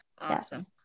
awesome